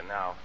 Now